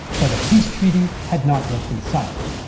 but a peace treaty had not yet been signed.